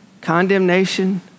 condemnation